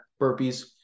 burpees